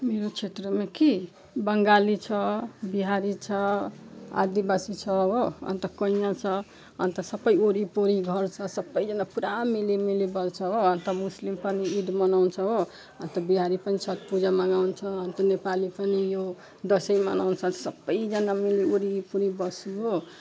मेरो क्षेत्रमा कि बङ्गाली छ बिहारी छ आदिवासी छ हो अन्त कैँया छ अन्त सबै वरिपरि घर छ सबैजना पुरा मिलीमिली बस्छ हो अन्त मुस्लिम पनि ईद मनाउँछ हो अन्त बिहारी पनि छठपूजा मनाउँछ अन्त नेपाली पनि यो दसैँ मनाउँछ सबैजना मिली वरिपरि पनि बस्छु हो